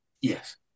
Yes